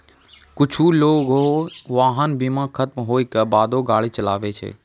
कुछु लोगें वाहन बीमा खतम होय के बादो गाड़ी चलाबै छै